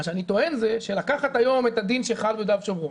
אני טוען שלקחת היום את הדין שחל ביהודה ושומרון,